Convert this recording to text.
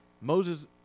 Moses